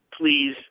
Please